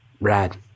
rad